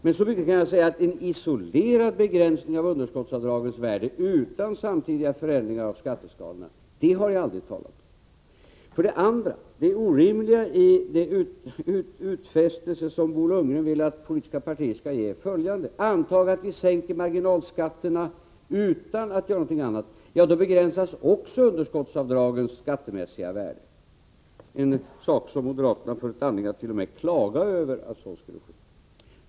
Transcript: Men så mycket kan jag säga som att jag aldrig har talat om en isolerad begränsning av underskottsavdragens värde utan samtidiga förändringar av skatteskalorna. Det är orimliga utfästelser som Bo Lundgren vill att politiska partier i dag skall göra. Antag att vi sänker marginalskatterna utan att göra någonting annat. Då begränsas också underskottsavdragens skattemässiga värde. Moderaterna har t.o.m. funnit anledning att klaga över att så skulle ske.